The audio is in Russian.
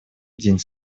день